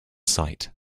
site